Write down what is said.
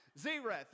Zereth